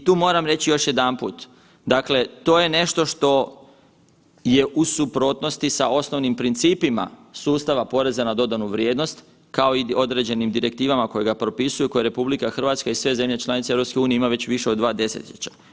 I tu moram reći još jedanput, dakle to je nešto što je u suprotnosti sa osnovnim principima sustava poreza na dodanu vrijednost kao i određenim direktivama koji ga propisuju koje RH i sve zemlje članice EU imaju više od dva desetljeća.